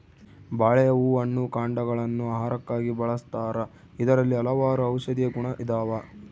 ಬಾಳೆಯ ಹೂ ಹಣ್ಣು ಕಾಂಡಗ ಳನ್ನು ಆಹಾರಕ್ಕಾಗಿ ಬಳಸ್ತಾರ ಇದರಲ್ಲಿ ಹಲವಾರು ಔಷದಿಯ ಗುಣ ಇದಾವ